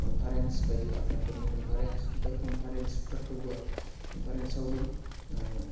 conference बायदि आफादफोरनि conference बै कनफारेन्सफोरखौबो कनफारेन्सआवबो